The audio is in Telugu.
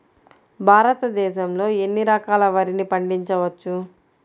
భారతదేశంలో ఎన్ని రకాల వరిని పండించవచ్చు